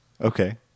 Okay